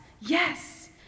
yes